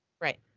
Right